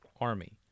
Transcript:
Army